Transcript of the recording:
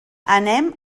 anem